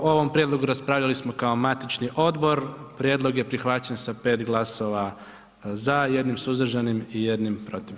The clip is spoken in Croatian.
O ovom prijedlogu raspravljali smo kao matični odbor, prijedlog je prihvaćen sa 5 glasova za, 1 suzdržanim i 1 protiv.